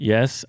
Yes